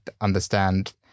understand